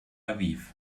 aviv